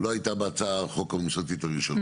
לא הייתה בהצעת החוק הממשלתית הראשונה,